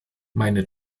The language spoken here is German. meine